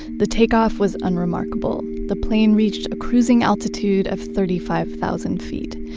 the takeoff was unremarkable. the plane reached cruising altitude of thirty five thousand feet.